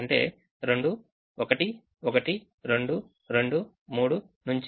అంటే 2 1 1223 నుంచికనిష్ట అంకెను తీసుకోవాలి